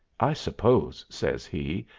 i suppose, says he,